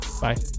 Bye